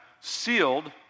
sealed